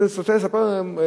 אני רוצה לספר לכם,